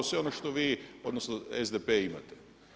Sve ono što vi odnosno SDP imate.